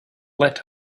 let